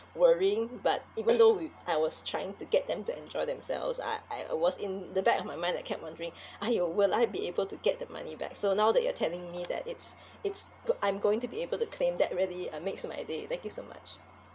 worrying but even though we I was trying to get them to enjoy themselves I I was in the back of my mind I kept wondering !aiyo! will I be able to get the money back so now that you're telling me that it's it's go~ I'm going to be able to claim that really uh makes my day thank you so much